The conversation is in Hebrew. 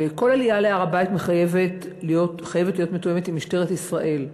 וכל עלייה להר-הבית חייבת להיות מתואמת עם משטרת ישראל.